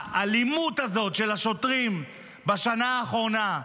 האלימות הזאת של השוטרים בשנה האחרונה,